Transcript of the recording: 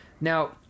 now